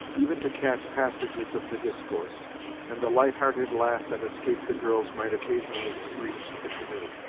even to catch passages of the discourse and the light-hearted laugh that escaped the girls might occasionally have reached the canoe.